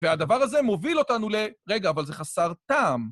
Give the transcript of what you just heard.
והדבר הזה מוביל אותנו ל... רגע, אבל זה חסר טעם.